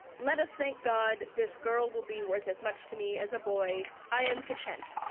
let us thank god, this girl will be worth as much to me as a boy. i am content,